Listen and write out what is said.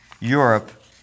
Europe